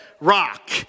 rock